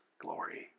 glory